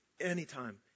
anytime